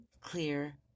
clear